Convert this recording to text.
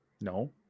No